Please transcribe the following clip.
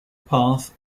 path